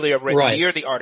Right